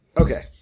Okay